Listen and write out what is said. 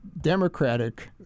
Democratic